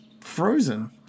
frozen